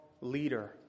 leader